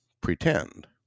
pretend